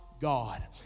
God